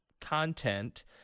content